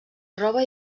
roba